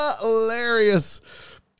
Hilarious